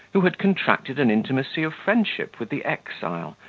who had contracted an intimacy of friendship with the exile,